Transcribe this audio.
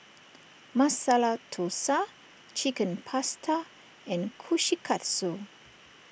Masala Dosa Chicken Pasta and Kushikatsu